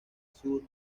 sur